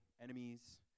enemies